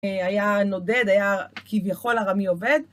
היה נודד, היה כביכול ארמי אובד.